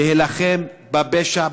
להילחם בפשע,